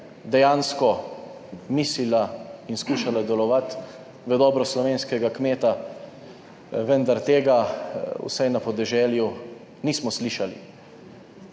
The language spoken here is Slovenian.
dejansko mislila in skušala delovati v dobro slovenskega kmeta, vendar tega vsaj na podeželju nismo slišali,